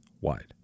wide